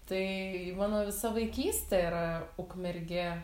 tai mano visa vaikystė yra ukmergė